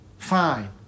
fine